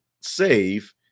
save